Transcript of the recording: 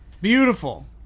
Beautiful